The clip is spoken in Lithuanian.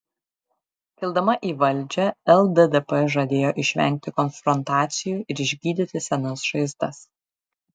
kildama į valdžią lddp žadėjo išvengti konfrontacijų ir išgydyti senas žaizdas